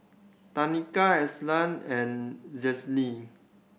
Tanika Elzada and Janey